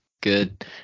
good